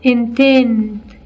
Intent